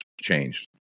changed